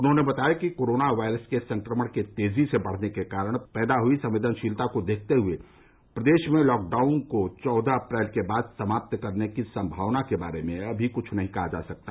उन्होंने बताया कि कोरोना वायरस के संक्रमण के तेजी से बढ़ने के कारण पैदा हुई संवेदनशीलता को देखते हुए प्रदेश में लॉकडाउन को चौदह अप्रैल के बाद समाप्त करने की संभावना के बारे में अभी कुछ नहीं कहा जा सकता